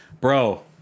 Bro